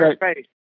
right